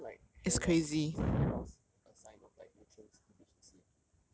but isn't like hair loss isn't hair loss a sign of like nutrients deficiency